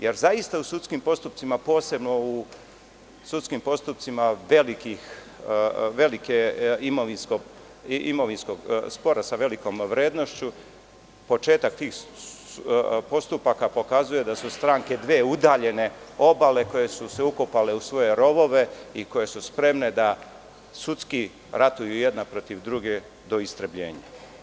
Jer, zaista u sudskim postupcima, posebno u sudskim postupcima imovinskog spora sa velikom vrednošću, početak tih postupaka pokazuje da su dve stranke udaljene obale koje su se ukopale u svoje rovove i koje su spremne da sudski ratuju jedna protiv druge do istrebljenja.